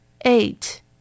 Eight